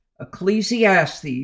Ecclesiastes